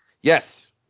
Yes